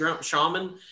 shaman